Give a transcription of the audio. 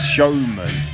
Showman